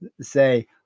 say